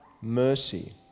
mercy